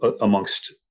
amongst